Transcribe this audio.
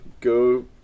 go